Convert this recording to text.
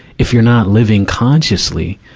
if you're not living consciously,